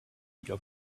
your